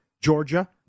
Georgia